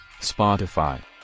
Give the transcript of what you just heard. Spotify